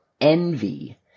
envy